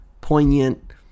poignant